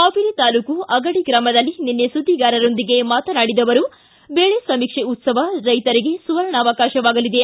ಹಾವೇರಿ ತಾಲೂಕು ಅಗಡಿ ಗ್ರಾಮದಲ್ಲಿ ನಿನ್ನೆ ಸುದ್ದಿಗಾರರೊಂದಿಗೆ ಮಾತನಾಡಿದ ಅವರು ಬೆಳೆ ಸಮೀಕ್ಷೆ ಉತ್ಲವ ರೈತರಿಗೆ ಸುವರ್ಣಾವಕಾಶವಾಗಲಿದೆ